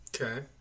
Okay